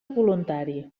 voluntari